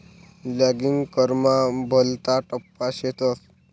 login करामा भलता टप्पा शेतस